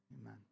Amen